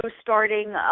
starting